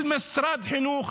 של משרד החינוך,